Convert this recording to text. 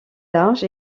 large